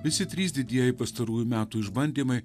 visi trys didieji pastarųjų metų išbandymai